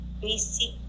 basic